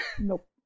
nope